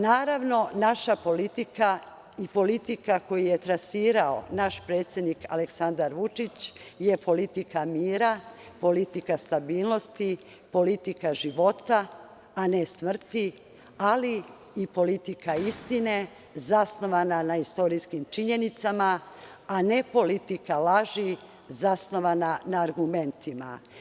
Naravno, naša politika i politika koju je trasirao naš predsednik Aleksandar Vučić je politika mira, politika stabilnosti, politika života, a ne smrti, ali i politika istine zasnovana na istorijskim činjenicama, a ne politika laži zasnovana na argumentima.